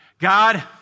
God